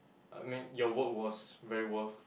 I mean your work was very worth